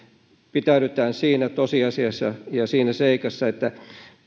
pitäydytään siinä tosiasiassa ja siinä seikassa että